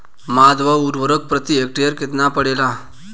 खाध व उर्वरक प्रति हेक्टेयर केतना पड़ेला?